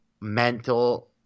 mental